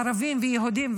ערבים ויהודים,